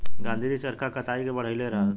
गाँधी जी चरखा कताई के बढ़इले रहस